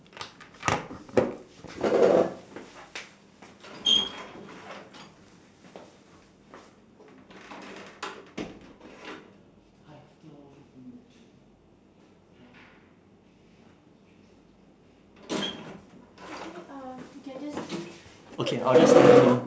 okay I'll just tell him now